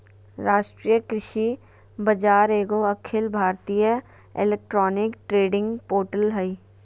राष्ट्रीय कृषि बाजार एगो अखिल भारतीय इलेक्ट्रॉनिक ट्रेडिंग पोर्टल हइ